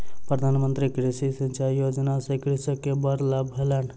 प्रधान मंत्री कृषि सिचाई योजना सॅ कृषक के बड़ लाभ भेलैन